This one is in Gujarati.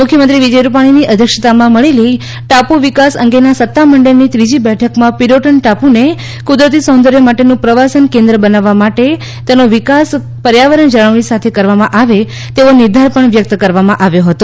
મુખ્યમંત્રી વિજય રૂપાણીની અધ્યક્ષતામાં મળેલી ટાપુ વિકાસ અંગેના સત્તામંડળની ત્રીજી બેઠકમાં પિરોટન ટાપૂને કુદરતી સૌંદર્ય માટેનું પ્રવાસન કેન્દ્ર બનાવવા માટે તેનો વિકાસ પર્યાવરણ જાળવણી સાથે કરવામાં આવે તેવો નિર્ધાર વ્યકત કરવામાં આવ્યો હતો